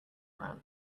ramp